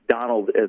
Donald